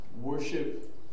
Worship